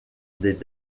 des